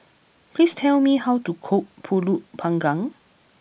please tell me how to cook Pulut Panggang